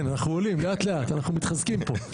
כן, אנחנו עולים, לאט לאט, אנחנו מתחזקים פה.